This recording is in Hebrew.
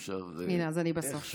אז הינה, אני בסוף.